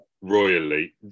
Royally